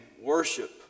Worship